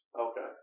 Okay